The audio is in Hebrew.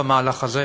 במהלך הזה,